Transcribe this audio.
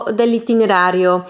dell'itinerario